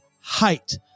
height